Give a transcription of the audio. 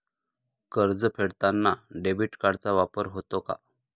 कर्ज फेडताना डेबिट कार्डचा वापर होतो का?